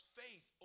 faith